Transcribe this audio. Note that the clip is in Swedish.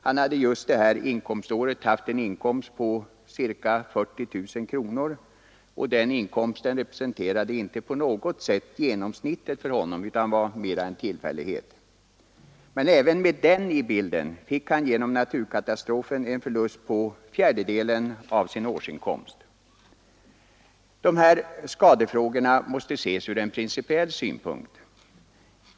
Han hade just detta inkomstår haft en inkomst på ca 40 000 kronor. Den inkomsten representerade inte på något sätt genomsnittet för honom utan var mera en tillfällighet. Men även med den i bilden fick han genom naturkatastrofen en förlust på fjärdedelen av sin årsinkomst. De här skadefrågorna måste ses från en principiell synpunkt.